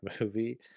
movie